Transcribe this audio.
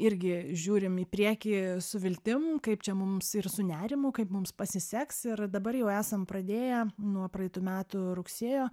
irgi žiūrim į priekį su viltim kaip čia mums ir su nerimu kaip mums pasiseks ir dabar jau esam pradėję nuo praeitų metų rugsėjo